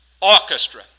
orchestra